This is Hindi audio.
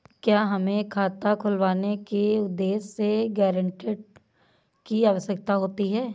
क्या हमें खाता खुलवाने के उद्देश्य से गैरेंटर की आवश्यकता होती है?